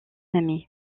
ami